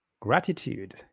gratitude